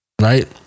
Right